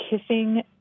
kissing